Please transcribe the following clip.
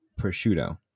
prosciutto